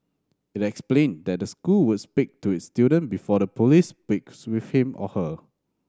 it explained that the school would speak to its student before the police speaks with him or her